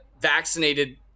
vaccinated